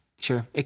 Sure